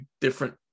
different